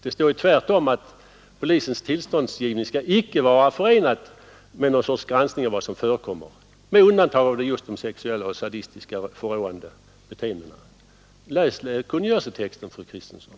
Där står det tvärtom att polisens tillståndsgivning inte skall vara förenad med någon granskning av vad som förekommer, med undantag för just de sexuella och sadistiska beteendena. Läs kungörelsetexten, fru Kristensson!